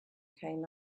came